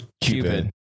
Cupid